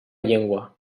llengua